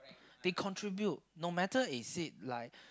they contribute no matter is it like